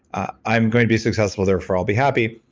i'm going to be successful therefore i'll be happy,